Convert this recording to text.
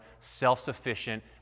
self-sufficient